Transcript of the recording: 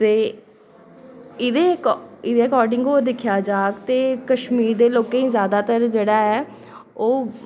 ते एह्दे अक एह्दे अकार्डिंग दिक्खेआ जा ते कश्मीरी दे लोकें गी जादातर जेह्ड़ा ऐ ओह्